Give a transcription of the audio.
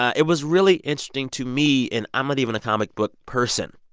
it was really interesting to me, and i'm not even a comic book person.